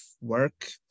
work